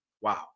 Wow